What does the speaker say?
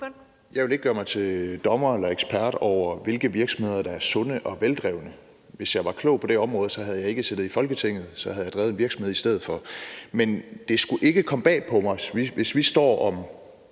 Jeg vil ikke gøre mig til dommer eller ekspert over, hvilke virksomheder der er sunde og veldrevne. Hvis jeg var klog på det område, havde jeg ikke siddet i Folketinget, men så havde jeg drevet en virksomhed i stedet for. Men det skulle ikke komme bag på mig, hvis vi f.eks.